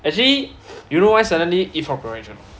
actually you know why suddenly eat frog porridge or not